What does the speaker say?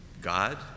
God